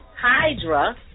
Hydra